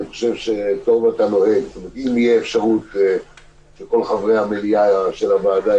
אם אין לו שום סיבה מהותית,